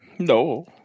No